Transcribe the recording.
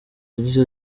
yagize